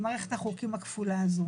עם מערכת החוקים הכפולה הזאת.